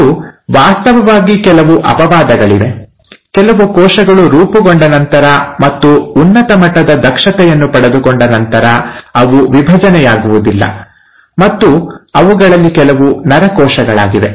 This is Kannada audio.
ಮತ್ತು ವಾಸ್ತವವಾಗಿ ಕೆಲವು ಅಪವಾದಗಳಿವೆ ಕೆಲವು ಕೋಶಗಳು ರೂಪುಗೊಂಡ ನಂತರ ಮತ್ತು ಉನ್ನತ ಮಟ್ಟದ ದಕ್ಷತೆಯನ್ನು ಪಡೆದುಕೊಂಡ ನಂತರ ಅವು ವಿಭಜನೆಯಾಗುವುದಿಲ್ಲ ಮತ್ತು ಅವುಗಳಲ್ಲಿ ಕೆಲವು ನರ ಕೋಶಗಳಾಗಿವೆ